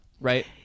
right